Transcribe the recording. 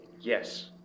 Yes